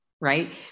right